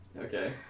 Okay